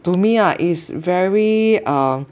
to me ah is very um